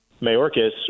Mayorkas